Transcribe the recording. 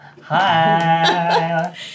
Hi